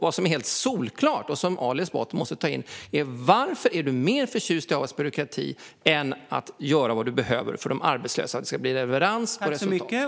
Vad som är helt solklart och som Ali Esbati måste ta in är varför han är mer förtjust i AF:s byråkrati än i att göra vad som behövs för de arbetslösa så att det blir leverans på resultat.